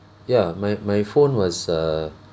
ya my my phone was err